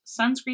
sunscreen